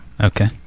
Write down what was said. Okay